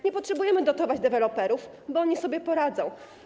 Nie potrzebujemy dotować deweloperów, bo oni sobie poradzą.